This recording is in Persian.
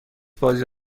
بازی